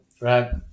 right